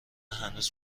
هنوز